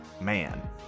man